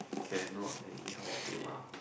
cannot anyhow play